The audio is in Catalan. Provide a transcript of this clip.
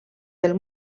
del